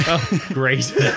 Great